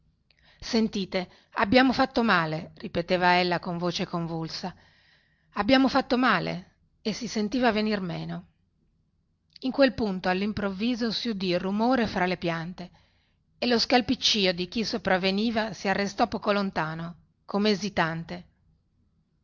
sentite abbiamo fatto male ripeteva ella con voce convulsa abbiamo avuto torto ve lo giuro ve lo giuro abbiamo fatto male e si sentiva venir meno in quel punto allimprovviso si udì rumore fra le piante e lo scalpiccìo di chi sopraveniva si arrestò poco lontano come esitante